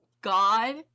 god